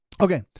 Okay